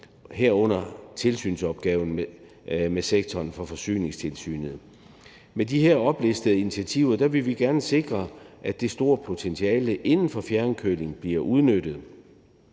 herunder tilsynsopgaven med sektoren til Forsyningstilsynet. Med de her oplistede initiativer vil vi gerne sikre, at det store potentiale inden for fjernkøling bliver udnyttet.